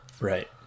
Right